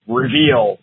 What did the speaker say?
reveal